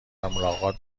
ملاقات